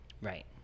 Right